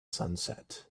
sunset